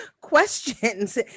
questions